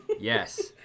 Yes